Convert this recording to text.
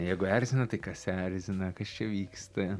jeigu erzina tai kas erzina kas čia vyksta